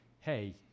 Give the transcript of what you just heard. hey